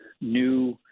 new